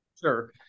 Sure